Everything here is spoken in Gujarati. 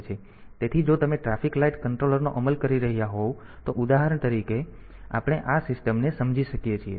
તેથી જો તમે ટ્રાફિક લાઇટ કંટ્રોલર નો અમલ કરી રહ્યાં હોવ તો ઉદાહરણ તરીકે આપણે આ સિસ્ટમને સમજી શકીએ છીએ